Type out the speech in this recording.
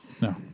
no